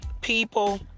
People